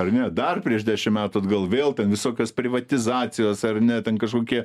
ar ne dar prieš dešimt metų atgal vėl ten visokios privatizacijos ar ne ten kažkokie